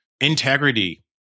integrity